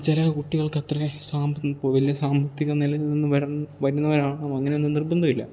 ചില കുട്ടികൾക്കത്ര വലിയ സാമ്പത്തിക നിലയില് നിന്ന് വര് വരുന്നവരാണോ അങ്ങനെയൊന്നും നിർബന്ധമില്ല